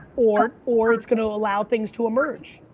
or or it's gonna allow things to emerge.